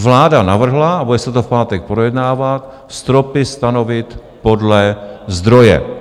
Vláda navrhla a bude se to v pátek projednávat stropy stanovit podle zdroje.